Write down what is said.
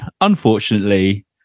unfortunately